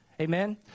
Amen